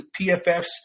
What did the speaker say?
PFFs